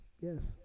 Yes